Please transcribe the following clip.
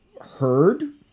heard